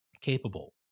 capable